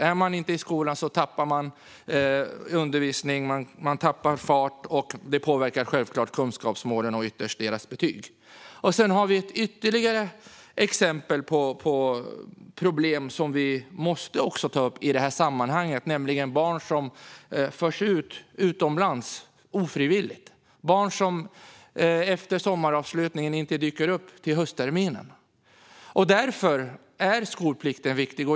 Är man inte i skolan tappar man undervisning och tappar fart, och det påverkar självklart kunskapsmålen och ytterst deras betyg. Det finns ytterligare exempel på problem som vi måste ta upp i det här sammanhanget, nämligen barn som förs ut ur landet ofrivilligt, barn som efter sommaravslutningen inte dyker upp till höstterminen. Därför är skolplikten viktig.